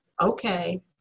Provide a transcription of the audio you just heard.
okay